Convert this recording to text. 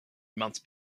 months